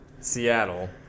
seattle